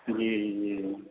जी जी